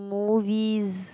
movies